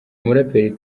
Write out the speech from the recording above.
umuraperi